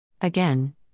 Again